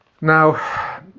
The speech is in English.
Now